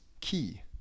key